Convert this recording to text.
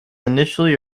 initially